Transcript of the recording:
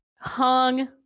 hung